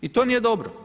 I to nije dobro.